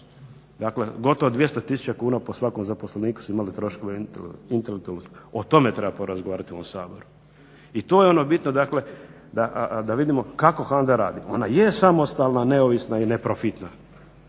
Dakle, gotovo 200000 kuna po svakom zaposleniku su imali troškove intelektualnih usluga. O tome treba porazgovarati u ovom Saboru. I to je ono bitno, dakle da vidimo kako HANDA radi. Ona je samostalna, neovisna i neprofitna.